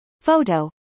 Photo